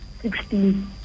sixteen